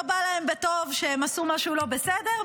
לא בא להם בטוב שהם עשו משהו לא בסדר,